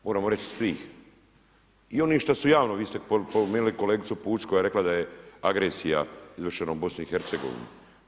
Moramo reći svih, i onih šta su javno, vi ste spomenuli kolegicu Pusić koja je rekla da je agresija izvršena u BiH-u.